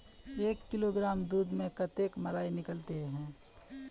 एक किलोग्राम दूध में कते मलाई निकलते?